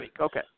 Okay